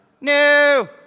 No